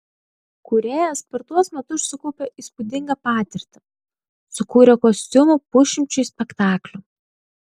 kūrėjas per tuos metus sukaupė įspūdingą patirtį sukūrė kostiumų pusšimčiui spektaklių